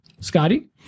Scotty